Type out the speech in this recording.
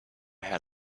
had